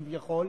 כביכול,